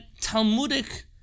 Talmudic